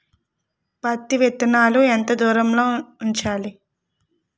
పత్తి విత్తనాలు ఎంత దూరంలో ఉంచాలి?